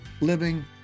living